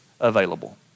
available